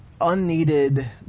unneeded